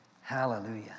Hallelujah